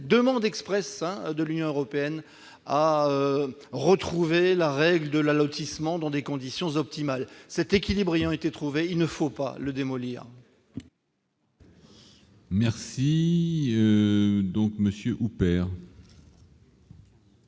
demande expresse de l'Union européenne -à retrouver la règle de l'allotissement dans des conditions optimales. Cet équilibre ayant été atteint, il ne faut pas le démolir. La parole est